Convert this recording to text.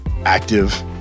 Active